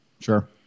Sure